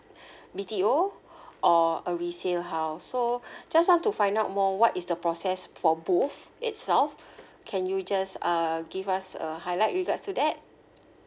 B_T_O or a resale house so just want to find out more what is the process for both itself can you just uh give us a highlight regards to that